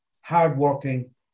hardworking